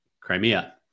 Crimea